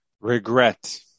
Regret